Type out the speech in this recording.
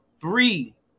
three